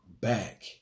back